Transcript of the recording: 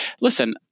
listen